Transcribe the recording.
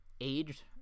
age